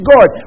God